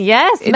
Yes